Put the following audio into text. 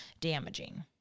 damaging